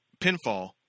pinfall